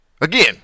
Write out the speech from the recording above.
Again